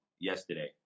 yesterday